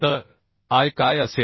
तर i काय असेल